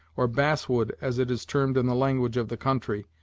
or bass-wood, as it is termed in the language of the country,